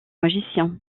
magicien